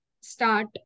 start